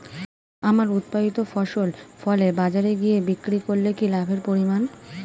আমার উৎপাদিত ফসল ফলে বাজারে গিয়ে বিক্রি করলে কি লাভের পরিমাণ?